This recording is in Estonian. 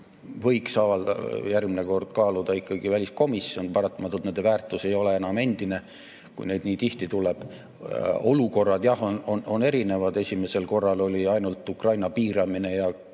võiks järgmine kord kaaluda ikkagi väliskomisjon, paratamatult nende väärtus ei ole enam endine, kui neid nii tihti tuleb. Olukorrad on jah erinevad. Esimesel korral oli ainult Ukraina piiramine ja